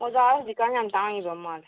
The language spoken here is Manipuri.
ꯃꯣꯖꯥ ꯍꯧꯖꯤꯛꯀꯥꯟ ꯌꯥꯝ ꯇꯥꯡꯉꯤꯕ ꯃꯥꯜꯂꯦ